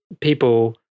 people